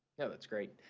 yeah, that's great.